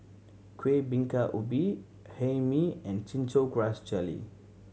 Kueh Bingka Ubi Hae Mee and Chin Chow Grass Jelly